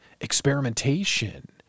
experimentation